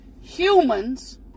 humans